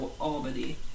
Albany